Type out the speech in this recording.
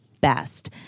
best